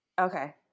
Okay